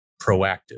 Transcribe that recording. proactive